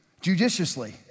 judiciously